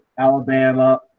Alabama